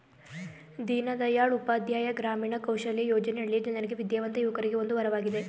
ದೀನದಯಾಳ್ ಉಪಾಧ್ಯಾಯ ಗ್ರಾಮೀಣ ಕೌಶಲ್ಯ ಯೋಜನೆ ಹಳ್ಳಿಯ ಜನರಿಗೆ ವಿದ್ಯಾವಂತ ಯುವಕರಿಗೆ ಒಂದು ವರವಾಗಿದೆ